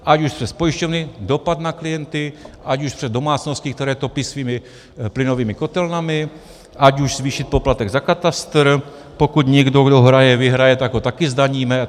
Ať už přes pojišťovny dopad na klienty, ať už přes domácnosti, které topí svými plynovými kotelnami, ať už zvýšit poplatek za katastr, pokud někdo, kdo hraje, vyhraje, tak ho taky zdaníme.